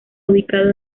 ubicado